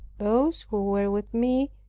those who were with me,